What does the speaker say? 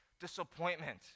disappointment